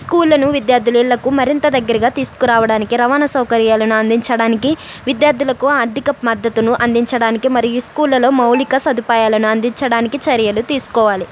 స్కూళ్లను విద్యార్థుల ఇళ్లకు మరింత దగ్గరగా తీసుకరావడానికి రవాణా సౌకర్యాలను అందించడానికి విద్యార్థులకు ఆర్థిక మద్దతును అందించడానికి మరియు స్కూళ్లలో మౌలిక సదుపాయాలను అందించడానికి చర్యలు తీసుకోవాలి